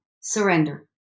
Surrender